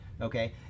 okay